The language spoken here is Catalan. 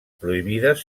prohibides